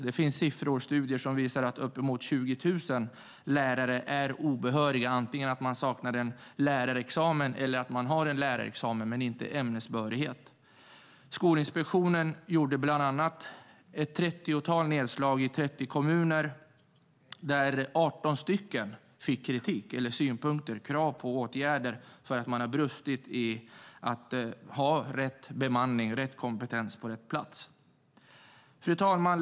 Det finns studier som visar att uppemot 20 000 lärare är obehöriga, att de antingen saknar en lärarexamen eller har en lärarexamen men inte ämnesbehörighet. Skolinspektionen gjorde ett trettiotal nedslag i 30 kommuner. 18 av kommunerna fick kritik eller synpunkter och krav på åtgärder för att de hade brustit i att ha rätt bemanning, rätt kompetens på rätt plats. Fru talman!